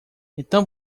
então